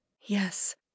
yes